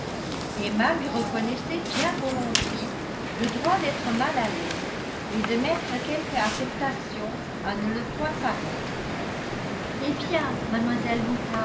emma lui reconnaissait bien volontiers le droit d'être mal à l'aise et de mettre quelque affectation à ne le point paraître eh bien